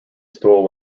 stole